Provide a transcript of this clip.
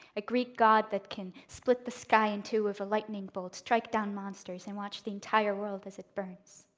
a greek god that can split the sky in two with a lightning bolt, strike down monsters, and watch the entire world as it burns.